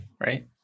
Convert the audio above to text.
right